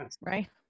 right